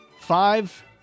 Five